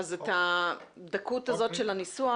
אז את הדקות הזאת של הניסוח